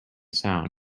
sound